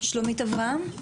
שלומית אברהם?